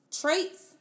Traits